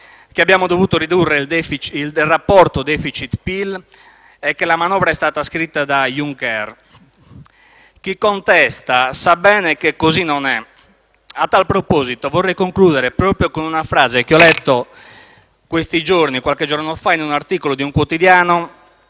che abbiamo dovuto ridurre il rapporto tra *deficit* e PIL e che la manovra è stata scritta da Juncker. Chi contesta sa bene che così non è. A tal proposito, vorrei concludere con una frase che ho letto qualche giorno fa in un articolo di un quotidiano